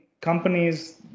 companies